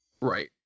Right